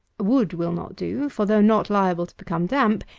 wood will not do for, though not liable to become damp,